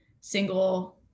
single